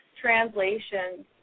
translations